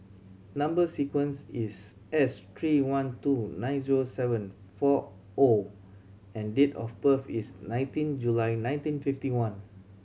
number sequence is S three one two nine zero seven four O and date of birth is nineteen July nineteen fifty one